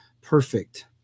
perfect